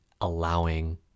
allowing